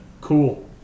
cool